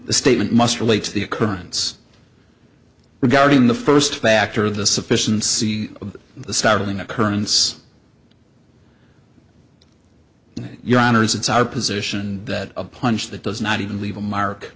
the statement must relate to the occurrence regarding the first factor the sufficiency of the startling occurrence in your honour's it's our position that a punch that does not even leave a mark